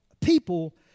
people